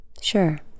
Sure